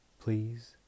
please